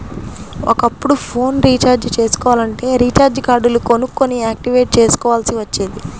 ఒకప్పుడు phone recharge చేసుకోవాలంటే recharge కార్డులు కొనుక్కొని యాక్టివేట్ చేసుకోవాల్సి వచ్చేది